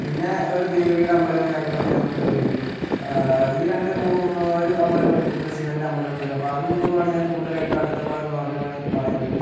പിന്നെ ഒരു ദേവിയുടെ അമ്പലവും കാര്യങ്ങളൊക്കെ നമുക്കിവിടെ ഉണ്ട് ഈ രണ്ട് മൂ ഒരു അമ്പലവും കൂടെ ഉണ്ട് ഇപ്പം ശിവൻ്റ അമ്പലം ഉണ്ട് അപ്പം അത് മൂന്നുവാണ് ഞാൻ കൂടുതലായിട്ട് അടുത്തുള്ളതെന്ന് പറഞ്ഞാൽ വേണമെങ്കിൽ പറയാൻ പറ്റും